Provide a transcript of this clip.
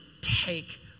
take